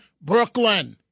Brooklyn